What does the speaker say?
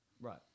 Right